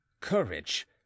Courage